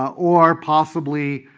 or possibly